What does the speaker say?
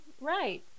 right